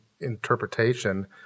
interpretation